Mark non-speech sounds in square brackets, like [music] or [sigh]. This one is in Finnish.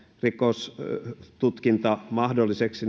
rikostutkinta mahdolliseksi [unintelligible]